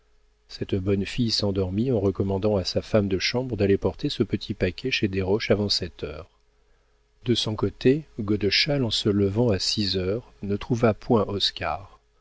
cette bonne fille s'endormit en recommandant à sa femme de chambre d'aller porter ce petit paquet chez desroches avant sept heures de son côté godeschal en se levant à six heures ne trouva point